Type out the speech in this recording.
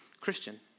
Christian